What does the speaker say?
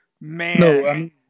Man